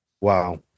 Wow